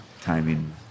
timing